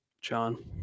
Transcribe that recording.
John